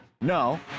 No